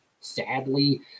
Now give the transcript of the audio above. sadly